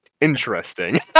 interesting